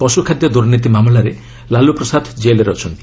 ପଶୁ ଖାଦ୍ୟ ଦୁର୍ନୀତି ମାମଲାରେ ଲାଲୁ ପ୍ରସାଦ କେଲ୍ରେ ଅଛନ୍ତି